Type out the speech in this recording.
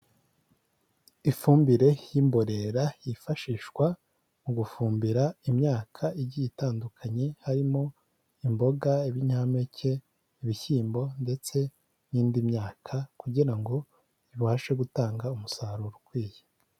Ifumbire y'imborera yifashishwa mu gufumbira imyaka igiye itandukanye harimo imboga, ibinyampeke, ibishyimbo ndetse n'indi myaka kugira ngo ibashe gutanga umusaruro ukwiye.